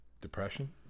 depression